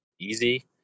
easy